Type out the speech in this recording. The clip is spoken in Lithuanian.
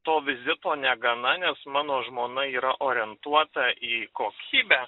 to vizito negana nes mano žmona yra orientuota į kokybę